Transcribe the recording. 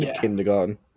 kindergarten